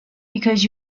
because